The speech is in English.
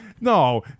No